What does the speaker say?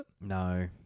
No